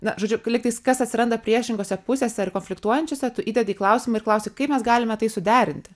na žodžiu kai lyg tais kas atsiranda priešingose pusėse ir konfliktuojančiose tu įdedi klausimą ir klausi kaip mes galime tai suderinti